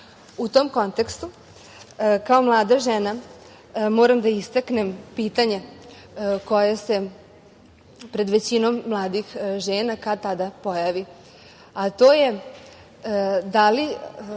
tom kontekstu kao mlada žena moram da istaknem pitanje koje se pred većinom mladih žena kad tada pojavi,